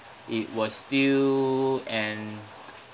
it was still an